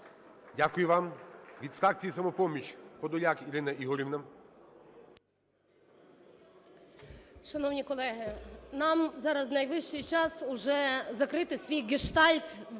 Дякую вам. Від фракції "Самопоміч" Подоляк Ірина Ігорівна.